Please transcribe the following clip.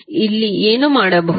ಇಲ್ಲಿ ಏನು ಮಾಡಬಹುದು